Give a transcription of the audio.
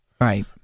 right